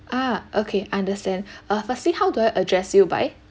ah okay understand uh firstly how do I address you by